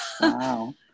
Wow